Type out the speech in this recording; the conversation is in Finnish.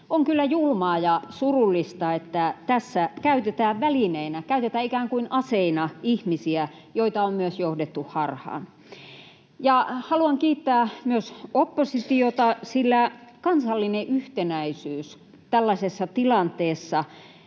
On kyllä julmaa ja surullista, että tässä käytetään välineinä — käytetään ikään kuin aseina — ihmisiä, joita on myös johdettu harhaan. Haluan kiittää myös oppositiota, sillä kansallinen yhtenäisyys tällaisessa tilanteessa